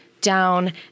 down